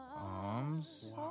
Arms